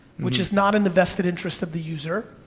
which is not in the vested interest of the user,